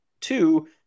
two